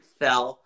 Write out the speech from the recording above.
fell